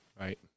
right